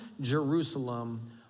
Jerusalem